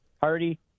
Hardy